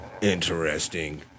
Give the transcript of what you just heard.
Interesting